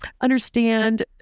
understand